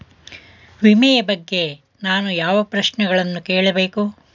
ವಿಮೆಯ ಬಗ್ಗೆ ನಾನು ಯಾವ ಪ್ರಶ್ನೆಗಳನ್ನು ಕೇಳಬೇಕು?